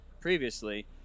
previously